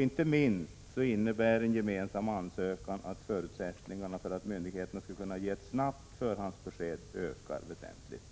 Inte minst innebär en gemensam ansökan att förutsättningarna för att myndigheterna skall kunna ge ett snabbt förhandsbesked ökar väsentligt.